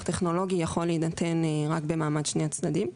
טכנולוגי יכול להינתן רק במעמד שני הצדדים.